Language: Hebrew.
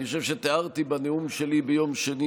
אני חושב שתיארתי בנאום שלי ביום שני